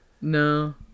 no